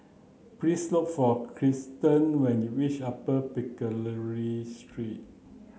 please look for Krysten when you reach Upper Pickering Street